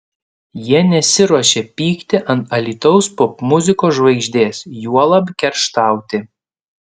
jie nesiruošia pykti ant alytaus popmuzikos žvaigždės juolab kerštauti